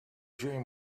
dream